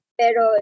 pero